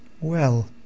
Well